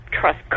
trust